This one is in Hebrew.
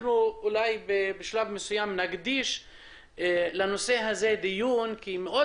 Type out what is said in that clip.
אולי בשלב מסוים נקדיש דיון מיוחד לנושא הזה כי מאוד